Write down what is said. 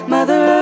Mother